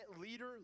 leader